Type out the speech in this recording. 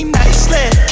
nicely